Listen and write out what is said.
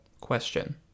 question